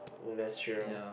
that's true